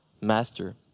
master